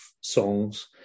songs